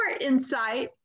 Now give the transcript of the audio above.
insight